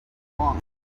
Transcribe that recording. long